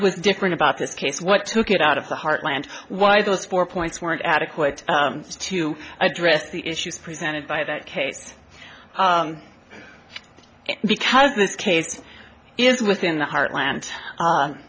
was different about this case what took it out of the heartland why those four points weren't adequate to address the issues presented by that case because this case is within the heartland